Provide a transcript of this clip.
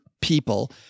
people